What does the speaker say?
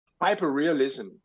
hyper-realism